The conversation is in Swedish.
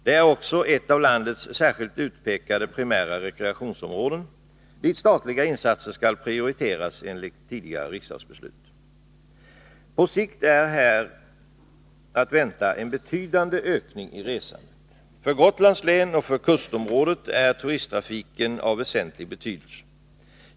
Det är också ett av landets särskilt utpekade primära rekreationsområden, dit statliga insatser skall prioriteras enligt tidigare riksdagsbeslut. På sikt är här att vänta en betydande ökning i resandet. För Gotlands län och för kustområdet är turisttrafiken av väsentlig betydelse.